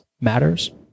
matters